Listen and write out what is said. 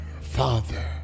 father